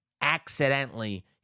accidentally